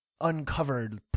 uncovered